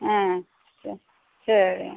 ஆ செ சரிங்க